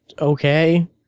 okay